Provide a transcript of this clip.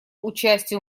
участию